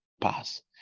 pass